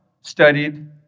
studied